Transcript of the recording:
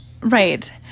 Right